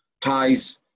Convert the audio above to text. ties